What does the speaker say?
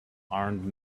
armed